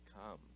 come